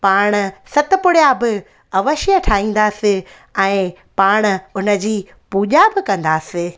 पाण सतपुड़या ब अवशय ठाहींदासीं ऐं पाण उन जी पूजा ब कंदासीं